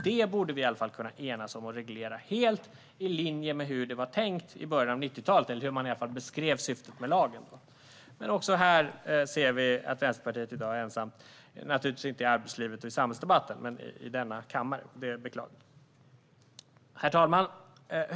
Detta borde vi i alla fall kunna enas om och reglera, helt i linje med hur det var tänkt i början av 90-talet, eller i alla fall i linje med hur man beskrev syftet med lagen. Men också här är Vänsterpartiet ensamt - naturligtvis inte i arbetslivet och i samhällsdebatten, men partiet är ensamt i denna kammare, vilket är beklagligt. Herr talman!